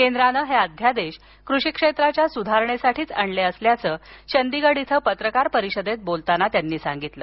केंद्राने हे अध्यादेश कृषी क्षेत्राच्या सुधारणेसाठीच आणले असल्याचं चंदीगड इथं पत्रकार परिषदेत बोलताना त्यांनी सांगितलं